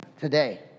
today